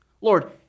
Lord